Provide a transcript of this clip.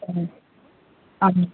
ம் ஆமாம்